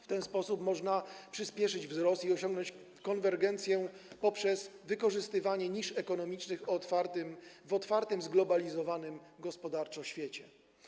W ten sposób można przyspieszyć wzrost i osiągnąć konwergencję poprzez wykorzystywanie nisz ekonomicznych w otwartym, zglobalizowanym gospodarczo świecie.